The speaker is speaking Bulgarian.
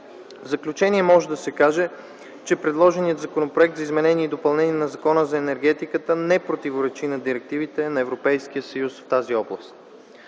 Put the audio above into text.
В заключение може да се каже, че предложеният Законопроект за изменение и допълнение на Закона за енергетиката не противоречи на директивите на Европейския съюз в тази област.